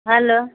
hello